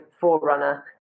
forerunner